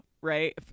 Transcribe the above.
right